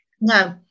No